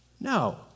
No